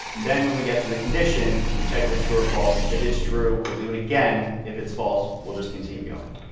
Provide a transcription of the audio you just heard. then, when we get to the condition, we check if it's true or false. if it's true, we'll do it again if it's false, we'll just continue going.